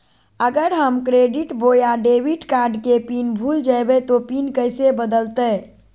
अगर हम क्रेडिट बोया डेबिट कॉर्ड के पिन भूल जइबे तो पिन कैसे बदलते?